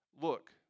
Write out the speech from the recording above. Look